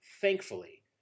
thankfully